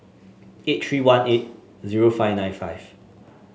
eight three one eight zero five nine five